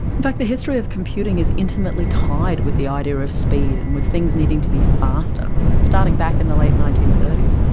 the history of computing is intimately tied with the idea of speed and with things needing to be faster starting back in the late nineteen thirty s.